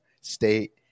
State